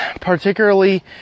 particularly